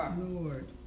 Lord